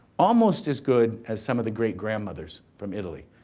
almost as good as some of the great grandmothers from italy.